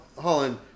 Holland